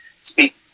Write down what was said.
Speak